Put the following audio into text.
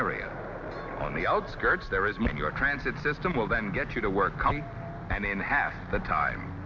area on the outskirts there is make your transit system will then get you to work and in half the time